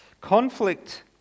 Conflict